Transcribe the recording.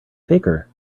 faker